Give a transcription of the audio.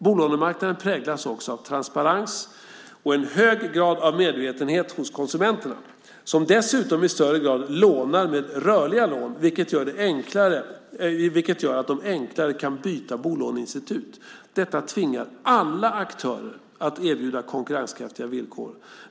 Bolånemarknaden präglas också av transparens och en hög grad av medvetenhet hos konsumenterna, som dessutom i större grad lånar med rörliga lån, vilket gör att de enklare kan byta bolåneinstitut. Detta tvingar alla aktörer att erbjuda konkurrenskraftiga villkor.